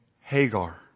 Hagar